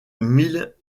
mille